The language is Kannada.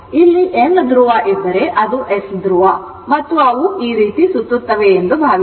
ಇಲ್ಲಿ N ಧ್ರುವ ಇದ್ದರೆ ಅದು S ಧ್ರುವ ಮತ್ತು ಅದು ಈ ರೀತಿ ಸುತ್ತುತ್ತದೆ ಎಂದು ಭಾವಿಸೋಣ